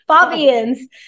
Fabian's